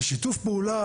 בשיתוף פעולה,